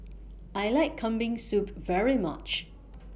I like Kambing Soup very much